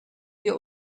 wir